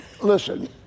listen